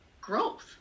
growth